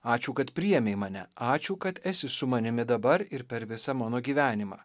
ačiū kad priėmei mane ačiū kad esi su manimi dabar ir per visą mano gyvenimą